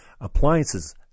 Appliances